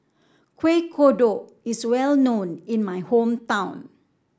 Kueh Kodok is well known in my hometown